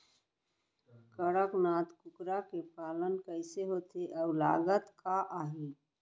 कड़कनाथ कुकरा के पालन कइसे होथे अऊ लागत का आही?